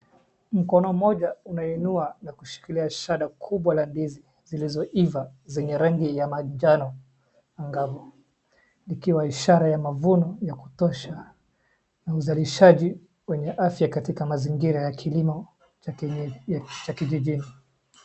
Mkono mmoja inainua na kushikilia shanda kubwa la ndizi zilizoiva zenye rangi ya manjano angavu, ikiwa ishara ya mavuno ya kutosha na uzalishaji wenye afya katika mazingira ya kilimo cha kijijini.